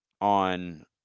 on